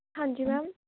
ਹਾਂਜੀ ਮੈਮ